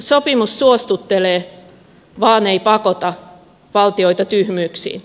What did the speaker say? sopimus suostuttelee vaan ei pakota valtioita tyhmyyksiin